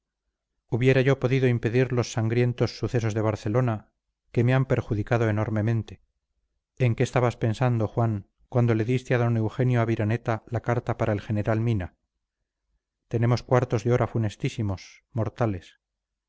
hubiera yo podido impedir los sangrientos sucesos de barcelona que me han perjudicado enormemente en qué estabas pensando juan cuando le diste al d eugenio aviraneta la carta para el general mina tenemos cuartos de hora funestísimos mortales